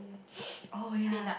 oh ya